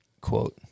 quote